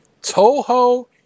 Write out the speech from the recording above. Toho